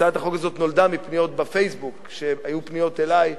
הצעת החוק הזאת נולדה מפניות ב"פייסבוק"; היו פניות אלי,